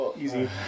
easy